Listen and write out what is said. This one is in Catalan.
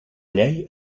llei